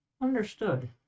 Understood